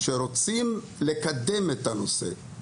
שרוצים לקדם את הנושא.